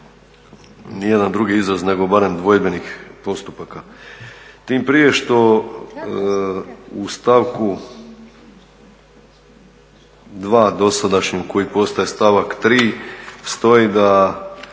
ni jedan drugi izraz nego barem dvojbenih postupaka. Tim prije što u stavku 2. dosadašnjem koji postaje stavak 3. stoji da